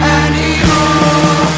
anymore